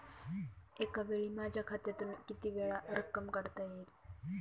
एकावेळी माझ्या खात्यातून कितीवेळा रक्कम काढता येईल?